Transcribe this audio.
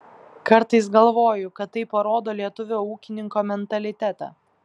kartais galvoju kad tai parodo lietuvio ūkininko mentalitetą